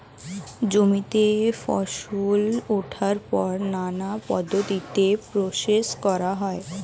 জমিতে ফসল ওঠার পর নানা পদ্ধতিতে প্রসেস করা হয়